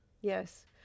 yes